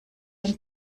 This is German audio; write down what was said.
wenn